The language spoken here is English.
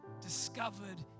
discovered